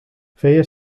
feia